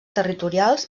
territorials